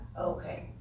okay